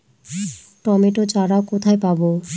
Tomato চারা কোথায় পাবো?